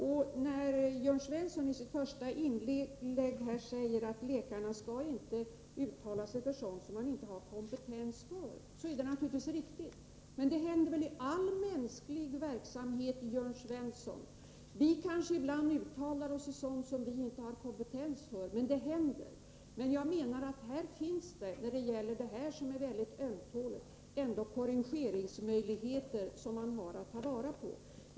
Jörn Svensson sade i sitt första inlägg att läkarna inte skall uttala sig om sådant som de inte har kompetens för. Det är naturligtvis riktigt. Men detta är väl något som händer i all mänsklig verksamhet. Vi kanske ibland uttalar oss om sådant som vi inte har kompetens för — det händer som sagt. Men i dessa fall, som är mycket ömtåliga, finns det ändå korrigeringsmöjligheter som vi har att ta vara på.